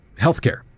healthcare